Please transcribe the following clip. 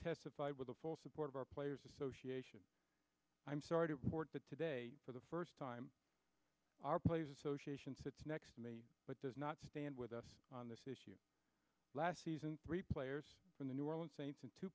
testified with the full support of our players association i'm sorry to report that today for the first time our players association sits next to me but does not stand with us on this issue last season three players from the new orleans saints in two